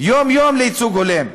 יום-יום לייצוג הולם,